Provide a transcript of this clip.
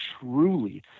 truly